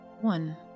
one